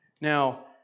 Now